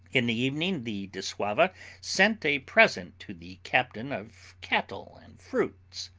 in the evening the dissauva sent a present to the captain of cattle and fruits,